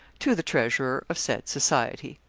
to the treasurer of said society.